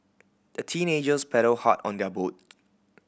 the teenagers paddled hard on their boat